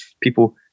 people